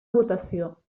votació